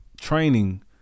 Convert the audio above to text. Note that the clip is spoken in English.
training